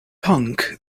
punk